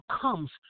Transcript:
comes